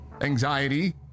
anxiety